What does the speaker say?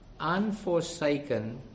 unforsaken